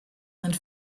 and